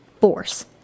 force